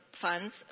funds